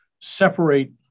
separate